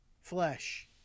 flesh